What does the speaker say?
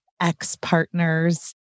ex-partners